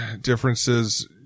differences